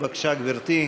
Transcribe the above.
גברתי,